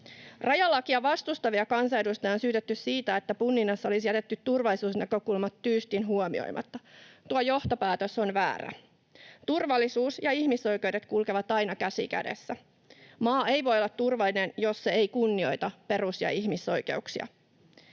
Rajalakia vastustavia kansanedustajia on syytetty siitä, että punninnassa olisi jätetty turvallisuusnäkökulmat tyystin huomioimatta. Tuo johtopäätös on väärä: Turvallisuus ja ihmisoikeudet kulkevat aina käsi kädessä. Maa ei voi olla turvallinen, jos se ei kunnioita perus- ja ihmisoikeuksia.